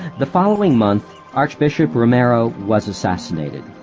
the following month archbishop romero was assassinated.